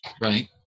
Right